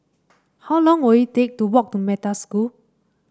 how long will it take to walk to Metta School